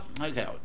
Okay